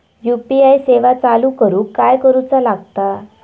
UPI सेवा चालू करूक काय करूचा लागता?